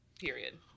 period